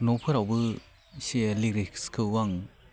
न'फोरावबो एसे लिरिक्सखौ आं